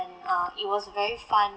and uh it was very fun